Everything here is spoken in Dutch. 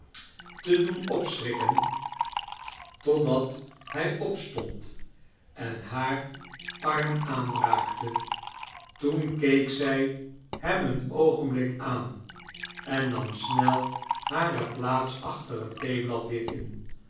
te doen opschrikken totdat hij opstond en haar arm aanraakte toen keek zij hem een oogenblik aan en nam snel hare plaats achter het theeblad weer in